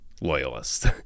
loyalists